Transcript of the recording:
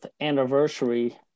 anniversary